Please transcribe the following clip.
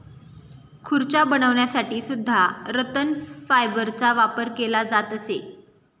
खुर्च्या बनवण्यासाठी सुद्धा रतन फायबरचा वापर केला जात असे